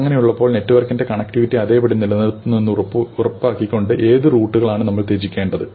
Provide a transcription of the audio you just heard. അങ്ങനെയുള്ളപ്പോൾ നെറ്റ്വർക്കിന്റെ കണക്റ്റിവിറ്റി അതേപടി നിലനിൽക്കുന്നുവെന്ന് ഉറപ്പാക്കിക്കൊണ്ട് ഏത് റൂട്ടുകളാണ് നമ്മൾ ത്യജിക്കേണ്ടത്